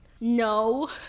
no